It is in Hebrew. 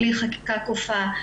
בלי חקיקה כופה,